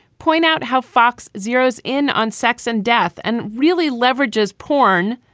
point out how fox zeroes in on sex and death and really leverage as porn,